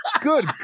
Good